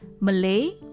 Malay